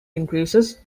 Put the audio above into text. increases